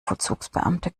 vollzugsbeamte